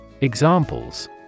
Examples